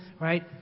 right